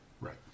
Right